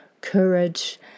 courage